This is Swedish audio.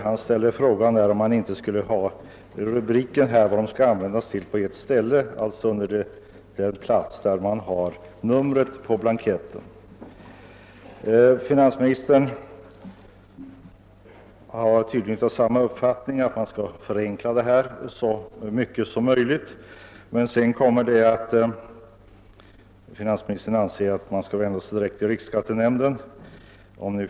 Han ställde därför frågan om det inte borde finnas en rubrik närmast under numret på blanketten som angav vad denna skulle användas till. Finansministern har tydligen också uppfattningen att deklarationsblanketterna bör förenklas så mycket som möjligt, men han anser att man skall vända sig direkt till riksskattenämnden.